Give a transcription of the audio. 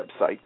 website